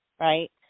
right